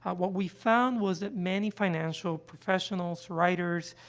what we found was that many financial professionals, writers,